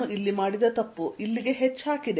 ನಾನು ಇಲ್ಲಿ ಮಾಡಿದ ತಪ್ಪು ಇಲ್ಲಿಗೆ h ಹಾಕಿದೆ